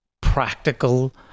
practical